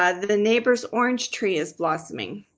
ah the neighbor's orange tree is blossoming.